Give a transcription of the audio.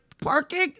parking